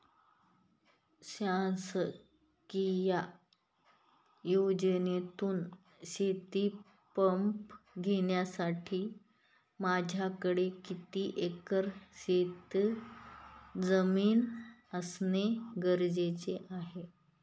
शासकीय योजनेतून शेतीपंप घेण्यासाठी माझ्याकडे किती एकर शेतजमीन असणे गरजेचे आहे?